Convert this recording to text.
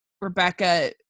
rebecca